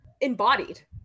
embodied